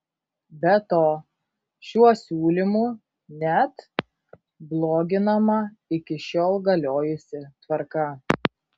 be to šiuo siūlymu net bloginama iki šiol galiojusi tvarka